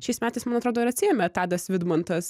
šiais metais man atrodo ir atsiėmė tadas vidmantas